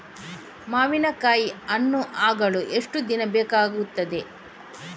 ಮಾವಿನಕಾಯಿ ಹಣ್ಣು ಆಗಲು ಎಷ್ಟು ದಿನ ಬೇಕಗ್ತಾದೆ?